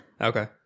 Okay